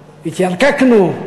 התיירקקנו.